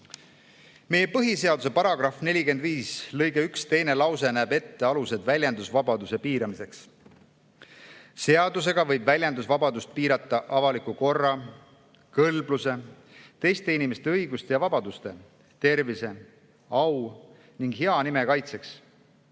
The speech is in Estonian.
Meie põhiseaduse § 45 lõike 1 teine lause näeb ette alused väljendusvabaduse piiramiseks: seadusega võib väljendusvabadust piirata avaliku korra, kõlbluse, teiste inimeste õiguste ja vabaduste, tervise, au ning hea nime kaitseks.